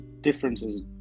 differences